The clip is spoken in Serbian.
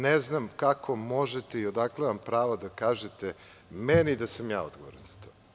Ne znam kako možete i odakle vam pravo da kažete meni da sam ja odgovoran za to?